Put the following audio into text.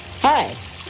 Hi